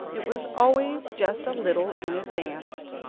it was always just a little in advance.